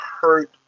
hurt